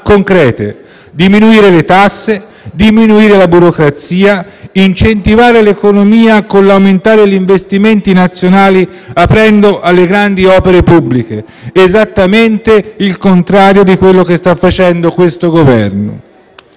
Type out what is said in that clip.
diminuire le tasse e la burocrazia, incentivare l'economia aumentando gli investimenti nazionali e aprendo alle grandi opere pubbliche, esattamente il contrario di quello che sta facendo questo Governo.